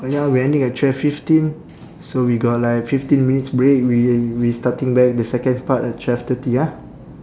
ya we ending at twelve fifteen so we got like fifteen minutes break we we starting back the second part at twelve thirty ah